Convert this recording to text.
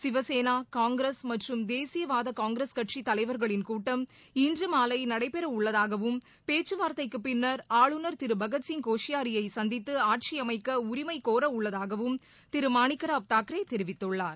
சிவசேனா மற்றும் காங்கிரஸ் மற்றும் தேசியவாத காங்கிரஸ் கட்சி தலைவர்களின் கூட்டம் இன்று மாலை நடைபெறவுள்ளதாகவும் பேச்சுவார்த்தைக்குப் பின்னர் ஆளுநர் திரு பகத்சிங் கோஷ்பாரியை சந்தித்து ஆட்சி அமைக்க உரிமை கோரவுள்ளதாகவும் திரு மாணிக்ராவ் தாக்கரே தெரிவித்துள்ளார்